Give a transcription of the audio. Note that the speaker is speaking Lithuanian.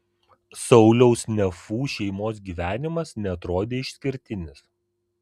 sauliaus nefų šeimos gyvenimas neatrodė išskirtinis